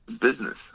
business